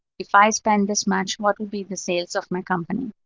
if i spend this much, what would be the sales of my company?